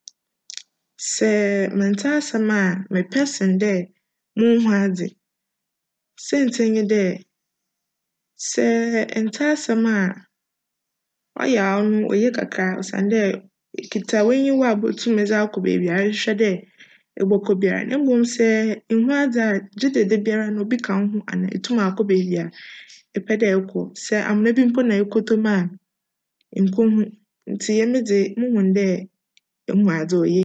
Sj menntse asjm a, mepj sen dj munnhu adze siantsir nye dj, sj nntse asjm a cyj a cno oye kakra osiandj ikitsa w'enyiwa a ibotum dze akc beebi erohwehwj dj ebckc biara mbom sj nnhu adze a gyedj dabiara obi ka wo ho ana etum akc beebi a epj dj ekc. Sj amona bi mpo na erokctc mu a nnko hu, ntsi emi dze muhu dj ihu adze a, oye.